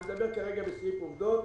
אני מדבר כרגע עובדתית.